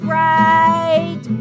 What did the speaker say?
right